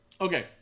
Okay